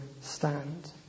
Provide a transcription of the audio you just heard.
stand